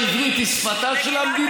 אתם מתנגדים לכך שהעברית היא שפתה של המדינה?